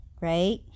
right